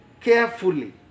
carefully